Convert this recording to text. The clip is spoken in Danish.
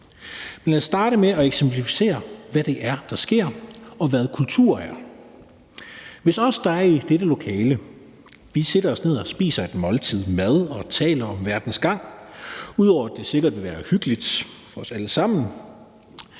Men lad os starte med at eksemplificere, hvad det er, der sker, og hvad kultur er. Hvis os, der er i dette lokale, sætter os ned og spiser et måltid mad og taler om verdens gang, vil det – ud over at det sikkert vil være hyggeligt for os alle sammen